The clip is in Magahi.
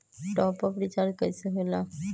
टाँप अप रिचार्ज कइसे होएला?